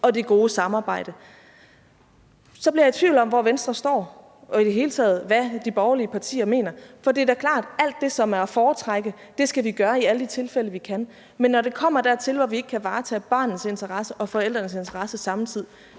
og det gode samarbejde, så bliver jeg i tvivl om, hvor Venstre står, og i det hele taget om, hvad de borgerlige partier mener. For det er da klart, at alt det, som er at foretrække, skal vi gøre i alle de tilfælde, vi kan. Men når det kommer dertil, hvor vi ikke kan varetage barnets interesser og varetage forældrenes interesser samtidig,